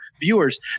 viewers